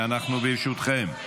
ברשותכם,